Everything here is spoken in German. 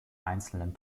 einzelnen